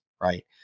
right